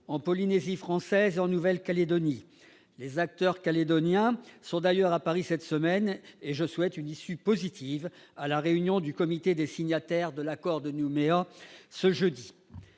en Polynésie française et en Nouvelle-Calédonie. Les acteurs calédoniens sont d'ailleurs à Paris cette semaine, et je souhaite une issue positive à la réunion du Comité des signataires de l'accord de Nouméa, ce jeudi.